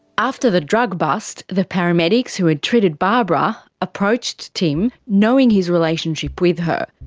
after the drug bust, the paramedics who had treated barbara approached tim, knowing his relationship with her.